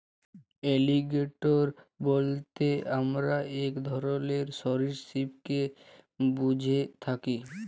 alligator বইলতে আমরা ইক ধরলের সরীসৃপকে ব্যুঝে থ্যাকি